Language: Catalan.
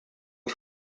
els